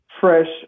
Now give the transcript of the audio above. fresh